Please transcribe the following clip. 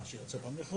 מה שיוצא במכרז.